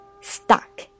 stuck